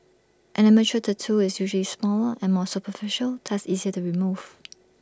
an amateur tattoo is usually smaller and more superficial thus easier to remove